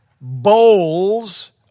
bowls